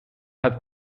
have